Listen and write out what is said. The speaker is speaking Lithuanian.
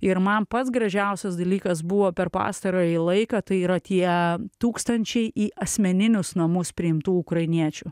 ir man pats gražiausias dalykas buvo per pastarąjį laiką tai yra tie tūkstančiai į asmeninius namus priimtų ukrainiečių